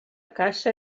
caça